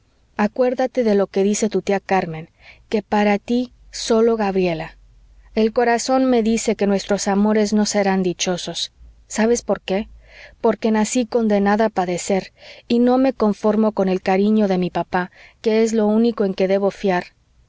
acuérdate de lo que dice tu tía carmen que para tí sólo gabriela el corazón me dice que nuestros amores no serán dichosos sabes por qué porque nací condenada a padecer y no me conformo con el cariño de mi papá que es lo único en que debo fiar